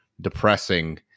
depressing